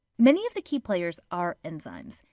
many of the key players are enzymes.